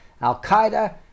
Al-Qaeda